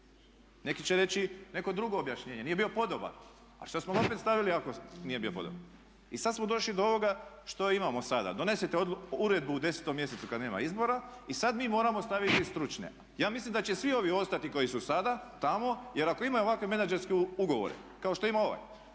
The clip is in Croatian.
Neki će reći neko drugo objašnjenje nije bio podoban. A što smo ga opet stavili ako nije bio podoban? I sada smo došli do ovoga što imamo sada. Donesite uredbu u 10 mjesecu kada nema izbora i sada mi moramo staviti stručne. Ja mislim da će svi ovi ostati koji su sada tamo jer ako imaju ovakve menadžerske ugovore kao što ima ovaj